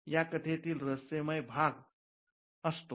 हा कथेतील रहस्यमय भाग असतो